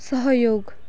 सहयोग